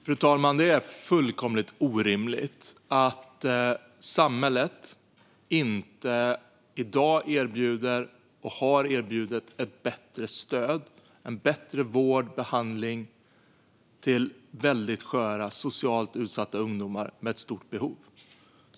Fru talman! Det är fullkomligt orimligt att samhället inte i dag erbjuder eller har erbjudit ett bättre stöd och en bättre vård och behandling till väldigt sköra och socialt utsatta ungdomar med stort behov.